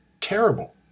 terrible